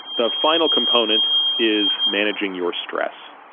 the final component is managing your stress.